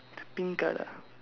pink colour